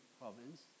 province